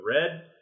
Red